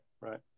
right